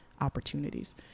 opportunities